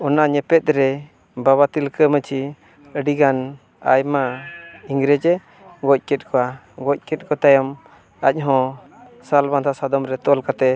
ᱚᱱᱟ ᱧᱮᱯᱮᱫ ᱨᱮ ᱵᱟᱵᱟ ᱛᱤᱞᱠᱟᱹ ᱢᱟᱹᱡᱷᱤ ᱟᱹᱰᱤ ᱜᱟᱱ ᱟᱭᱢᱟ ᱤᱝᱨᱮᱡᱽ ᱮ ᱜᱚᱡ ᱠᱮᱫ ᱠᱚᱣᱟ ᱜᱚᱡ ᱠᱮᱫ ᱠᱚ ᱛᱟᱭᱚᱢ ᱟᱡ ᱦᱚᱸ ᱥᱟᱞ ᱵᱟᱸᱫᱟ ᱥᱟᱫᱚᱢ ᱨᱮ ᱛᱚᱞ ᱠᱟᱛᱮᱫ